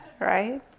right